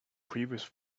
previous